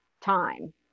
time